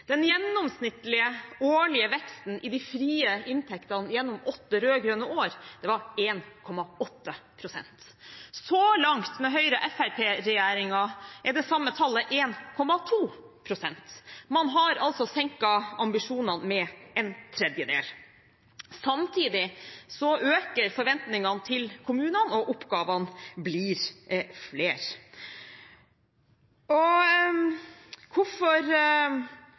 Den gjennomsnittlige årlige veksten i de frie inntektene gjennom åtte rød-grønne år var 1,8 pst. Så langt med Høyre–Fremskrittsparti-regjeringen er det samme tallet 1,2 pst. Man har altså senket ambisjonene med en tredjedel. Samtidig øker forventningene til kommunene, og oppgavene blir flere. Hvorfor denne uenigheten? Jeg er ikke overrasket over at Høyre og